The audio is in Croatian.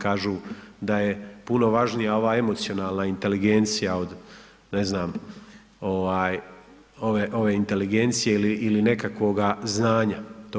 Kažu da je puno važnija ova emocionalna inteligencija od ne znam ovaj ove inteligencije ili nekakvoga znanja.